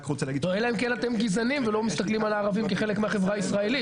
אלא אם כן אתם גזענים ולא מסתכלים על הערבים כחלק מהחברה הישראלית.